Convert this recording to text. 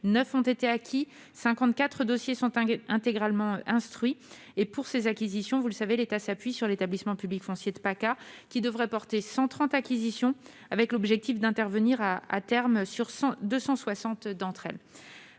9 ont été acquis et 54 dossiers sont intégralement instruits. Pour ces acquisitions, l'État s'appuie sur l'établissement public foncier de Provence-Alpes-Côte d'Azur (PACA), qui devrait porter 130 acquisitions, avec l'objectif d'intervenir à terme sur 260 d'entre elles.